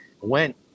went